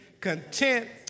content